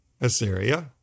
Assyria